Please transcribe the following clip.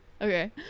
Okay